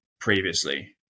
previously